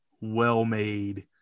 well-made